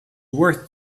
worth